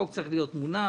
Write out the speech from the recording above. חוק צריך להיות מונח,